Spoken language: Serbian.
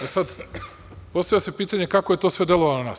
E, sad postavlja se pitanje kako je sve to delovalo na nas?